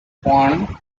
one